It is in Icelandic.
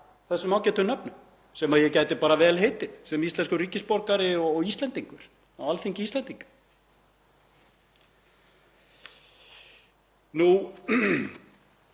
þessum ágætu nöfnum, sem ég gæti bara vel heitið sem íslenskur ríkisborgari og Íslendingur á Alþingi Íslendinga?